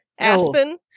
Aspen